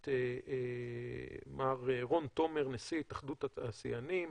את מר רון תומר נשיא התאחדות התעשיינים,